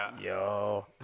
yo